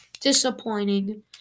disappointing